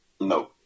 No